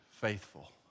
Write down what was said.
faithful